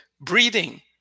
breathing